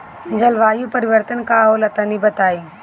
जलवायु परिवर्तन का होला तनी बताई?